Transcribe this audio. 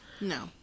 No